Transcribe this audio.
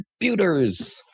Computers